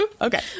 Okay